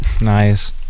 Nice